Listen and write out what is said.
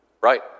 Right